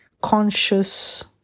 conscious